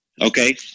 okay